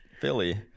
Philly